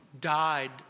died